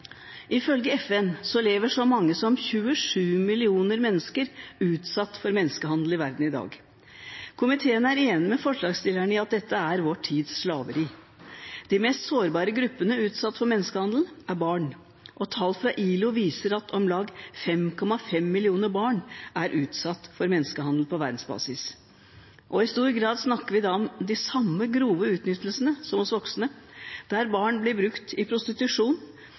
Ifølge FN er så mange som 27 millioner mennesker utsatt for menneskehandel i verden i dag. Komiteen er enig med forslagsstillerne i at dette er vår tids slaveri. De mest sårbare gruppene utsatt for menneskehandel er barn. Tall fra ILO viser at om lag 5,5 millioner barn er utsatt for menneskehandel på verdensbasis. I stor grad snakker vi da om samme grove utnyttelse som av voksne, der barn blir brukt i prostitusjon,